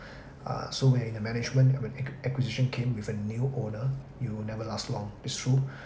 uh so when in the management ac~ ac~ acquisition came with a new owner you will never last wrong it's true